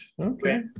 Okay